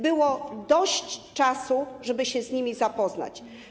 Było dość czasu, żeby się z nimi zapoznać.